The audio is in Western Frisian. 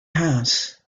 harns